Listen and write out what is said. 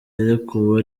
yarekuwe